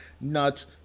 nuts